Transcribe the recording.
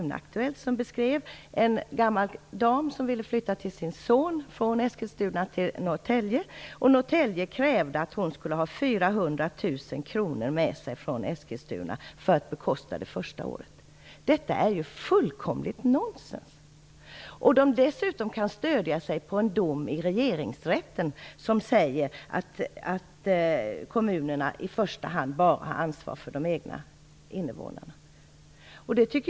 Norrtälje. Norrtälje krävde då att hon skulle ha 400 000 kr. med sig från Eskilstuna kommun för att bekosta det första året i Norrtälje. Detta är fullkomligt nonsens. Norrtälje kommun stöder sig dessutom på en dom i regeringsrätten, där det sägs att kommunerna i första hand har ansvar för de egna invånarna.